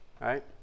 Right